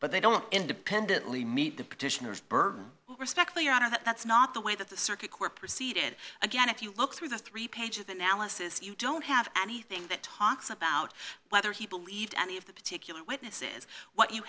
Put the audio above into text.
but they don't independently meet the petitioners burden respectfully your honor that's not the way that the circuit court proceeded again if you look through the three pages analysis you don't have anything that talks about whether he believed any of the particular witnesses what you